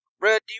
Red